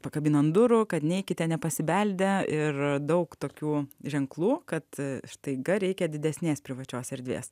pakabina ant durų kad neikite nepasibeldę ir daug tokių ženklų kad staiga reikia didesnės privačios erdvės